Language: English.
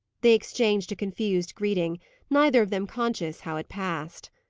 they exchanged a confused greeting neither of them conscious how it passed.